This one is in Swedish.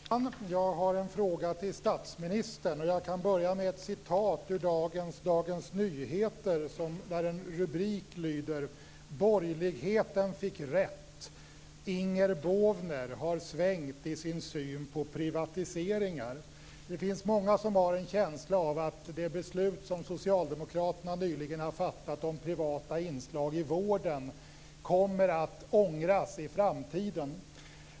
Herr talman! Jag har en fråga till statsministern. Jag kan börja med citera en rubrik i Dagens Nyheter i dag: "'Borgerligheten fick rätt.' Inger Båvner har svängt i sin syn på privatiseringar". Många har en känsla av att man i framtiden kommer att ångra det beslut som Socialdemokraterna nyligen har fattat om privata inslag i vården.